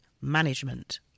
management